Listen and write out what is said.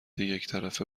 یکطرفه